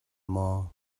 maw